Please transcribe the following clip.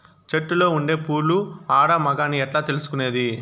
చెట్టులో ఉండే పూలు ఆడ, మగ అని ఎట్లా తెలుసుకునేది?